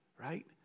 right